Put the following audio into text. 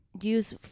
use